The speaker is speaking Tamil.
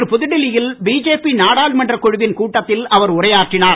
இன்று புதுடெல்லியில் பிஜேபி நாடாளுமன்றக் குழவின் கூட்டத்தில் அவர் உரையாற்றினார்